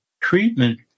treatment